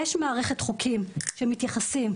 יש מערכת חוקים שמתייחסים,